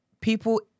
people